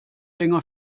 länger